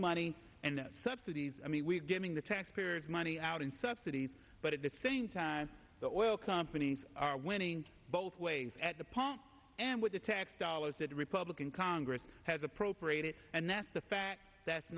money and subsidies i mean we're giving the taxpayers money out in subsidies but at the same time the oil companies are winning both ways at the pump and with the tax dollars that the republican congress has appropriated and that's the fact that's